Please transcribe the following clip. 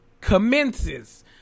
commences